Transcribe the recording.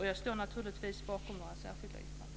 Jag står naturligtvis bakom våra särskilda yttranden.